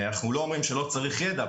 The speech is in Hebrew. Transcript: אנחנו לא אומרים שלא צריך יידע,